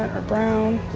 or brown.